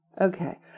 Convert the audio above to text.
Okay